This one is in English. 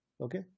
Okay